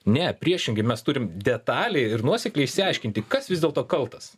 ne priešingai mes turim detaliai ir nuosekliai išsiaiškinti kas vis dėlto kaltas